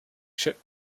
should